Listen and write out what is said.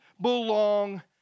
belong